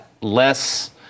less